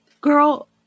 girl